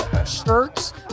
Shirts